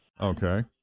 Okay